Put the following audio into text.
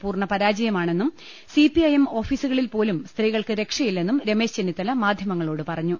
പൂർണപരാജയ മാണെന്നും സിപിഐഎം ഓഫീസുകളിൽപ്പോലും സ്ത്രീകൾക്ക് രക്ഷയില്ലെന്നും രമേശ് ചെന്നിത്തല മാധ്യമങ്ങളോട് പറഞ്ഞു